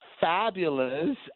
fabulous